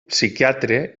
psiquiatre